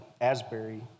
Asbury